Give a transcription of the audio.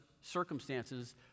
circumstances